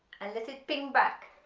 and let it ping back